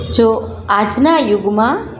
જો આજના યુગમાં